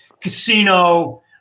Casino